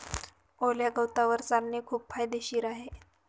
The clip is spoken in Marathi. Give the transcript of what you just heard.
ओल्या गवतावर चालणे खूप फायदेशीर आहे